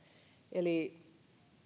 eli